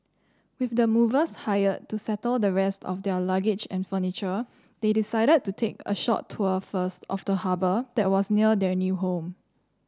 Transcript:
with the movers hired to settle the rest of their luggage and furniture they decided to take a short tour first of the harbour that was near their new home